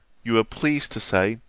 you were pleased to say,